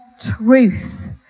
truth